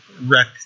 wreck